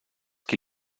qui